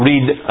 read